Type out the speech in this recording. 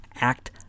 Act